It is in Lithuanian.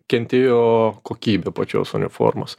kentėjo kokybė pačios uniformos